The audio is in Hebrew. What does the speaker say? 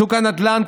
שוק הנדל"ן,